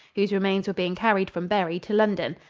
whose remains were being carried from bury to london.